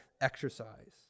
exercise